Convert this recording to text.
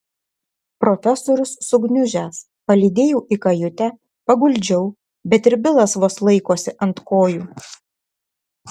profesorius sugniužęs palydėjau į kajutę paguldžiau bet ir bilas vos laikosi ant kojų